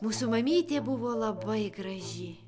mūsų mamytė tebuvo labai graži